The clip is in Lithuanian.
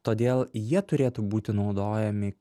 todėl jie turėtų būti naudojami